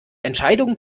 entscheidung